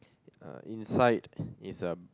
uh inside is a